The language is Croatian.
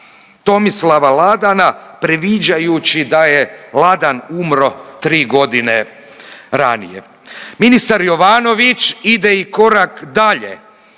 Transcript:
Tomislava Ladana previđajući da je Ladan umro 3.g. ranije. Ministar Jovanović ide i korak dalje